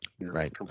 Right